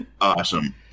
awesome